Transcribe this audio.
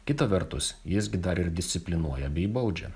kita vertus jis gi dar ir disciplinuoja bei baudžia